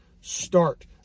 start